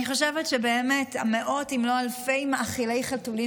אני חושבת שבאמת המאות אם לא אלפי מאכילי החתולים